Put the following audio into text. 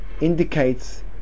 indicates